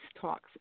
talks